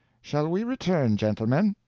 shall we return, gentlemen?